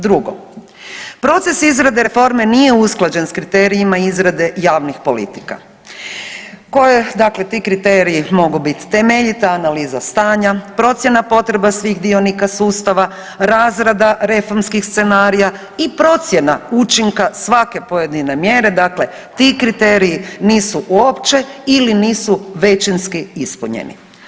Drugo, proces izrade reforme nije usklađen s kriterijima izrade javnih politika koje dakle, ti kriteriji mogu biti temeljita analiza stanja, procjena potreba svih dionika sustava, razrada reformskih scenarija i procjena učinka svake pojedine mjere, dakle ti kriteriji nisu uopće ili nisu većinski ispunjeni.